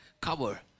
cover